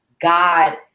God